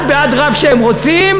אחד בעד רב שהם רוצים,